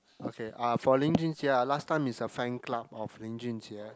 okay uh for 林俊杰:Lin-Jun-Jie ah last time is a fan club of 林俊杰:Lin-Jun-Jie